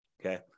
Okay